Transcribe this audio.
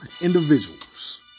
individuals